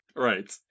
Right